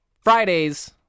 Fridays